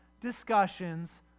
discussions